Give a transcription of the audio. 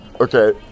Okay